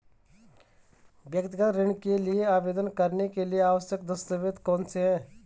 व्यक्तिगत ऋण के लिए आवेदन करने के लिए आवश्यक दस्तावेज़ कौनसे हैं?